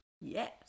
Yes